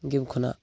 ᱜᱮᱢ ᱠᱷᱚᱱᱟᱜ